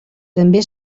també